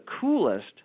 coolest